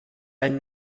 ein